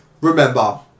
Remember